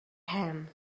hand